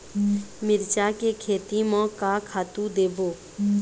मिरचा के खेती म का खातू देबो?